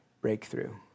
breakthrough